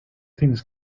things